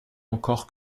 encore